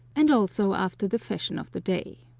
and also after the fashion of the day.